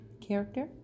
Character